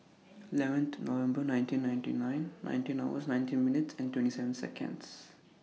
eleven November nineteen ninety nine nineteen hours nineteen minutes and twenty seven Seconds